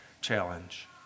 challenge